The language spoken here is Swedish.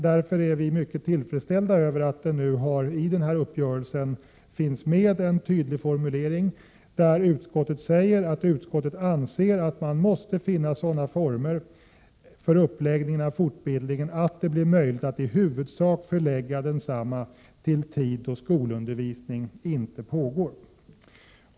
Därför är vi mycket tillfredsställda över att det i denna uppgörelse finns med en tydlig formulering i vilken utskottet säger ”att man måste finna sådana former för uppläggningen av fortbildningen att det blir möjligt att i huvudsak förlägga densamma till tid då skolundervisning inte pågår”.